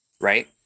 right